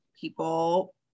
people